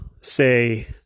say